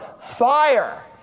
Fire